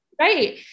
Right